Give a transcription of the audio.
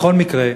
בכל מקרה,